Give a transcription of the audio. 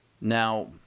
Now